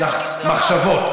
לעבוד, כי, "מחשבות".